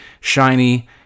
shiny